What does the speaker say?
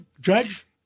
Judge